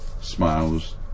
smiles